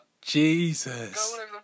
Jesus